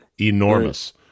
enormous